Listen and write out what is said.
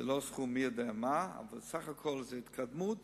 זה לא סכום מי יודע מה, אבל בסך הכול זאת התקדמות